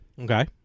okay